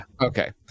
Okay